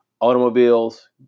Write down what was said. automobiles